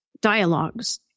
dialogues